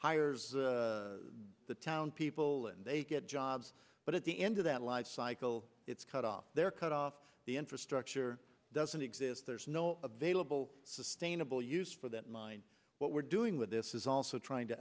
hires the town people and they get jobs but at the end of that life cycle it's cut off they're cut off the infrastructure doesn't exist there's no available sustainable use for that mine what we're doing with this is also trying to